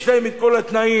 יש להם כל התנאים.